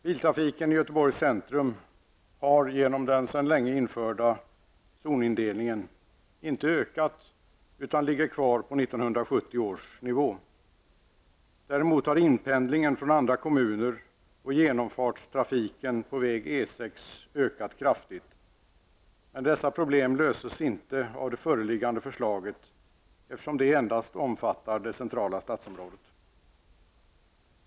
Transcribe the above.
Biltrafiken i Göteborgs centrum har, genom den sedan länge införda zonindelningen, inte ökat utan ligger kvar på 1970 års nivå. Däremot har inpendlingen från andra kommuner och genomfartstrafiken på väg E6 ökat kraftigt. Men dessa problem löses inte av det föreliggande förslaget, eftersom det endast omfattar det centrala stadsområdet.